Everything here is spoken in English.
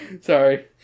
Sorry